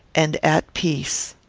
and at peace.